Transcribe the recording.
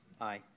Aye